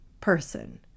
person